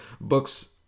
books